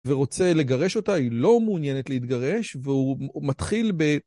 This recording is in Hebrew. ורוצה לגרש אותה, היא לא מעוניינת להתגרש והוא מתחיל ב...